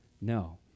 no